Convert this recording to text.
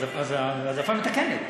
אז העדפה מתקנת.